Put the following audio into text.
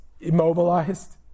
immobilized